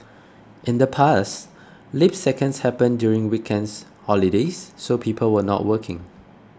in the past leap seconds happened during weekends holidays so people were not working